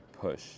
push